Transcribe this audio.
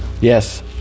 Yes